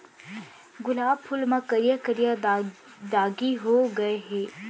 गुलाब फूल म करिया करिया दागी हो गय हे